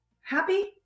happy